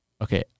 Okay